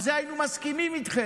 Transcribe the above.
על זה היינו מסכימים איתכם.